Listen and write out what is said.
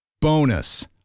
Bonus